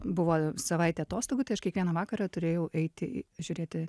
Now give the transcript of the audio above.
buvo savaitė atostogų tai aš kiekvieną vakarą turėjau eiti į žiūrėti